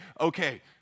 okay